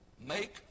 Make